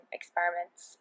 experiments